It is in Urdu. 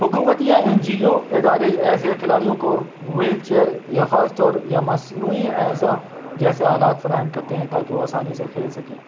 حکومت یا این جی او ادارے ایسے کھلاڑیوں کو وہیل چیئر یا خاص طور یا مصنوعی اعضا جیسے آلات فراہم کرتے ہیں تاکہ وہ آسانی سے کھیل سکیں